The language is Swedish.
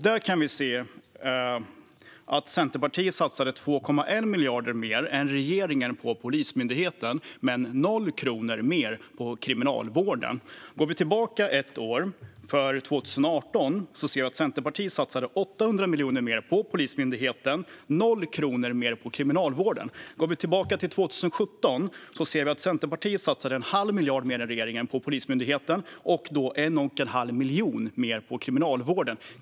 Där satsade Centerpartiet 2,1 miljarder mer än regeringen på Polismyndigheten men 0 kronor mer på Kriminalvården. I budgeten för 2018 ser vi att Centerpartiet satsade 800 miljoner mer på Polismyndigheten och 0 kronor mer på Kriminalvården. Om vi går tillbaka till 2017 ser vi att Centerpartiet satsade en halv miljard mer än regeringen på Polismyndigheten och 1 1⁄2 miljon mer på Kriminalvården.